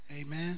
Amen